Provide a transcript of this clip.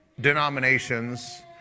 denominations